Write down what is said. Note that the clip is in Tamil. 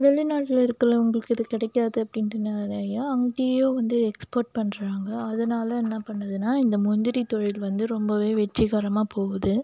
வெளிநாட்டில் இருக்கலவங்களுக்கு இது கிடைக்காது அப்படின்றனாலயோ அங்கேயே வந்து எக்ஸ்போர்ட் பண்ணுறாங்க அதனால என்னா பண்ணுதுன்னா இந்த முந்திரி தொழில் வந்து ரொம்பவே வெற்றிகரமாக போகுது